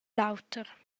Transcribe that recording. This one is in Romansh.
l’auter